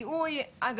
זיהוי,